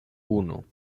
uno